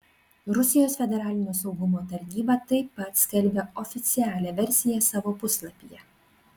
rusijos federalinio saugumo tarnyba taip pat skelbia oficialią versiją savo puslapyje